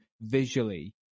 visually